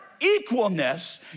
equalness